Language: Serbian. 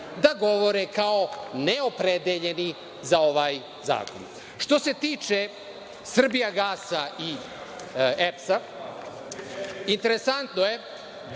da govore kao neopredeljeni za ovaj zakon. Što se tiče „Srbijagasa“ i EPS, interesantno je